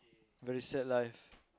very sad life